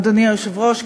אדוני היושב-ראש,